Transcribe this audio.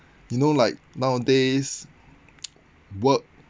you know like nowadays work